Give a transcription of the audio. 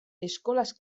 eskolaz